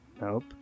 Nope